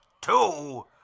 two